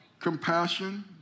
compassion